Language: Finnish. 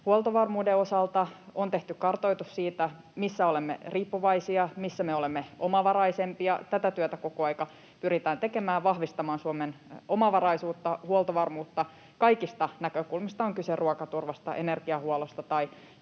Huoltovarmuuden osalta on tehty kartoitus siitä, missä olemme riippuvaisia, missä me olemme omavaraisempia. Tätä työtä koko aika pyritään tekemään ja vahvistamaan Suomen omavaraisuutta ja huoltovarmuutta kaikista näkökulmista, on kyse ruokaturvasta, energiahuollosta tai